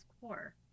core